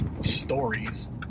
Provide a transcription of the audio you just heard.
stories